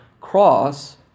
cross